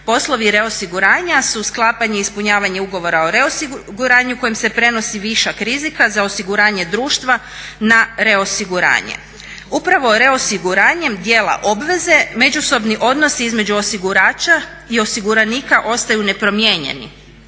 Poslovi reosiguranja su sklapanje i ispunjavanje ugovora o reosiguranju kojim se prenosi višak rizika za osiguranje društva na reosiguranje. Upravom reosiguranjem dijela obveze međusobni odnosi između osigurača i osiguranika ostaju nepromijenjeni.